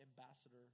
ambassador